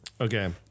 Okay